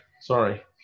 Sorry